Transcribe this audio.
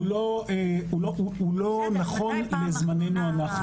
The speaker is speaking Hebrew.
הוא לא נכון לזמנינו אנחנו.